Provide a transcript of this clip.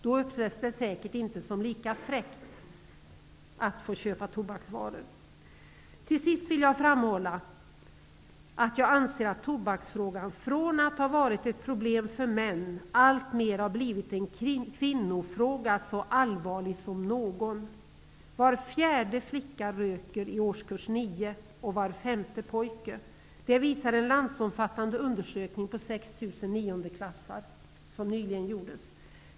Då upplevs det säkert inte som lika ''fräckt'' att få köpa tobaksvaror. Till sist vill jag framhålla att jag anser att tobaksfrågan från att ha varit ett problem för män alltmer har blivit en kvinnofråga så allvarlig som någon. Var fjärde flicka röker i årskurs 9 och var femte pojke. Det visar en landsomfattande undersökning som nyligen gjordes på 6 000 niondeklassare.